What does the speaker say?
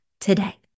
today